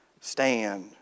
stand